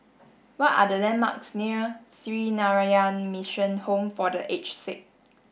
what are the landmarks near Sree Narayana Mission Home for The Aged Sick